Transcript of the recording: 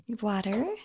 Water